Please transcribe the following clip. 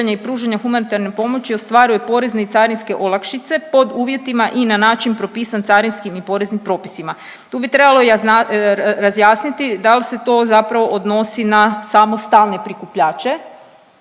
i pružanja humanitarne pomoći ostvaruje porezne i carinske olakšice pod uvjetima i na način propisan carinskim i poreznim propisima. Tu bi trebalo razjasniti da li se to zapravo odnosi na samo stalne prikupljače,